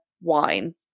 wine